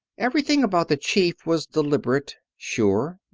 everything about the chief was deliberate, sure,